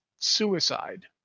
suicide